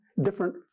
different